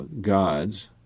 gods